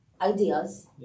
ideas